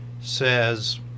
says